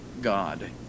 god